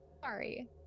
Sorry